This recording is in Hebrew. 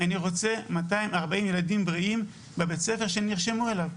אני רוצה 240 ילדים בריאים בבית הספר שהם נרשמו אליו.